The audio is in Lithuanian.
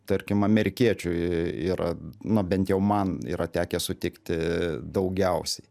tarkim amerikiečių yra na bent jau man yra tekę sutikti daugiausiai